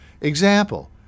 Example